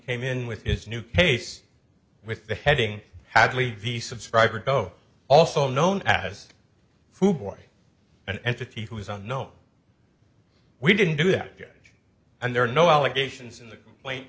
came in with his new case with the heading had levy subscriber go also known as food boy an entity who was on no we didn't do that and there are no allegations in the